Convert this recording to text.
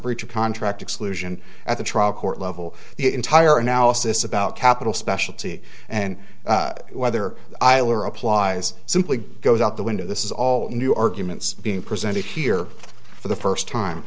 of contract exclusion at the trial court level the entire analysis about capital specialty and whether iler applies simply goes out the window this is all new arguments being presented here for the first time